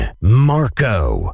Marco